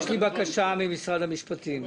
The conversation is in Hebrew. אין זמן